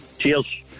Cheers